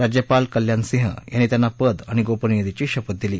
राज्यपाल कल्याणसिंह यांनी त्यांना पद आणि गोपनीयतेची शपथ दिली